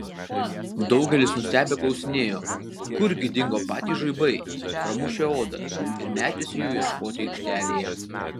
daugelis nustebę klausinėjo kurgi dingo patys žaibai pramušę odą ir metėsi jų ieškoti aikštelėje